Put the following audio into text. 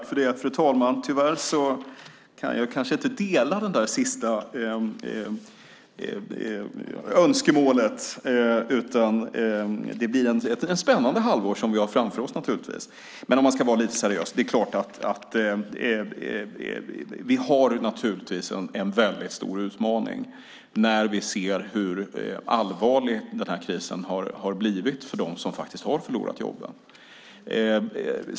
Fru talman! Tyvärr kan jag kanske inte instämma i det där sista önskemålet. Det blir naturligtvis ett spännande halvår som vi har framför oss. Vi står naturligtvis inför en väldigt stor utmaning när vi ser hur allvarlig krisen har blivit för dem som har förlorat jobben.